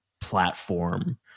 platform